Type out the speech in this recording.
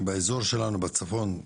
באזור שלנו בצפון,